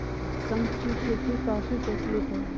शंख की खेती काफी प्रचलित है